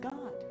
God